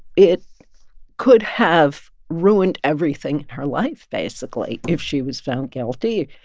it could have ruined everything her life, basically, if she was found guilty.